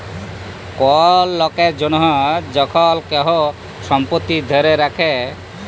call লকের জনহ যখল কেহু সম্পত্তি ধ্যরে রাখে